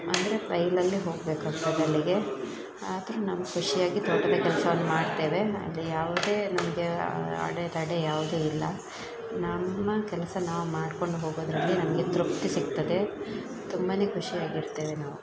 ಅಂದರೆ ರೈಲಲ್ಲೇ ಹೋಗಬೇಕಾಗ್ತದೆ ಅಲ್ಲಿಗೆ ಆದ್ರೂ ನಾವು ಖುಷಿಯಾಗಿ ತೋಟದ ಕೆಲಸವನ್ನು ಮಾಡ್ತೇವೆ ಅಲ್ಲಿ ಯಾವುದೇ ನಮಗೆ ಅಡೆತಡೆ ಯಾವುದು ಇಲ್ಲ ನಮ್ಮ ಕೆಲಸ ನಾವು ಮಾಡ್ಕೊಂಡು ಹೋಗೋದರಲ್ಲಿ ನಮಗೆ ತೃಪ್ತಿ ಸಿಗ್ತದೆ ತುಂಬಾ ಖುಷಿಯಾಗಿರ್ತೇವೆ ನಾವು